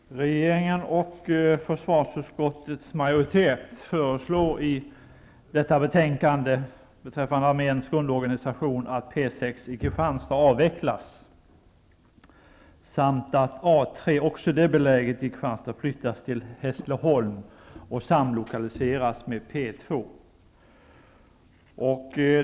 Herr talman! Regeringen och försvarsutskottets majoritet föreslår i detta betänkande beträffande arméns grundorganisation att P 6 i Kristianstad avvecklas samt att A 3, också det beläget i Kristianstad, flyttas till Hässleholm och samlokaliseras med P 2.